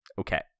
Okay